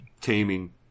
taming